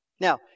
Now